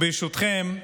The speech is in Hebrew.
ברשותכם,